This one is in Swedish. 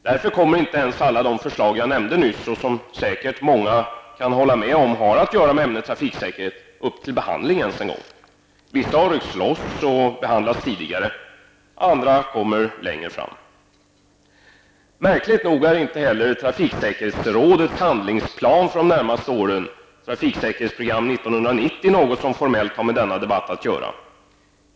Därför kommer inte alla de förslag som jag nyss nämnde, och som säkert många kan hålla med om har med ämnet trafiksäkerhet att göra, ens en gång upp till behandling. Vissa har ryckts loss och behandlats tidigare. Andra kommer längre fram. Märkligt nog är inte heller trafiksäkerhetsrådets handlingsplan för de närmaste åren, Trafiksäkerhetsprogram 1990, något som formellt har med denna debatt att göra.